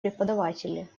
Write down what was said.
преподаватели